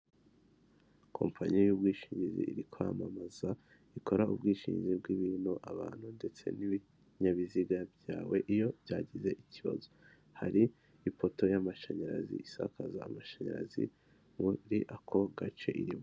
Kompanyi y'ubwishingizi iri kwamamaza ikora ubwishingizi bw'ibintu abantu ndetse n'ibininyabiziga byawe iyo byagize ikibazo, hari ipoto y'amashanyarazi isakaza amashanyarazi muri ako gace irimo.